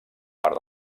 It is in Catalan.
part